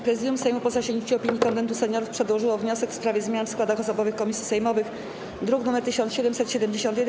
Prezydium Sejmu, po zasięgnięciu opinii Konwentu Seniorów, przedłożyło wniosek w sprawie zmian w składach osobowych komisji sejmowych, druk nr 1771.